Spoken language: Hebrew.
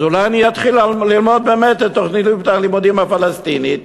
אז אולי אני אתחיל ללמוד באמת את תוכנית הלימודים הפלסטינית,